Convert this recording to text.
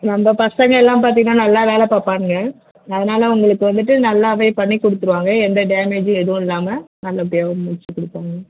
நம்ப பசங்க எல்லாம் பார்த்தீங்கன்னா நல்லா வேலை பார்ப்பானுங்க அதனால் உங்களுக்கு வந்துவிட்டு நல்லாவே பண்ணி கொடுத்துருவாங்க எந்த டேமேஜ்ஜிம் எதுவும் இல்லாமல் நல்லபடியாக முடிச்சி கொடுப்பாங்க மேம்